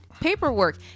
Paperwork